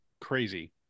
crazy